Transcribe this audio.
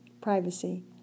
privacy